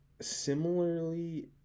similarly